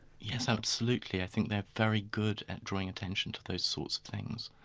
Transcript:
yes, absolutely. i think they're very good at drawing attention to those sorts of things.